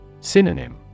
Synonym